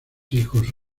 hijos